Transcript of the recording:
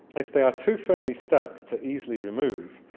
if they are too firmly stuck to easily remove,